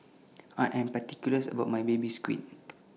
I Am particulars about My Baby Squid